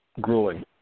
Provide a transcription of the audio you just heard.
grueling